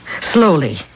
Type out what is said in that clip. Slowly